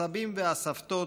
הסבים והסבתות,